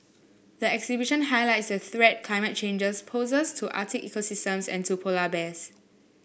the exhibition highlights the threat climate change poses to Arctic ecosystems and to polar bears